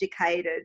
educated